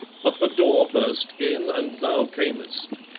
but the door burst in and thou camest.